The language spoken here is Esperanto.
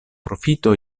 profito